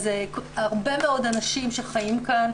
אז הרבה מאוד אנשים שחיים כאן,